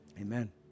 amen